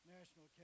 National